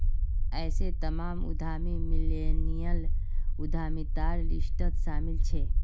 ऐसे तमाम उद्यमी मिल्लेनियल उद्यमितार लिस्टत शामिल छे